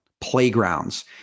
playgrounds